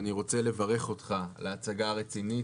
אני רוצה לברך אותך על ההצגה הרצינית